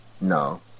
No